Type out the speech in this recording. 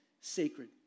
sacred